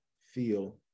feel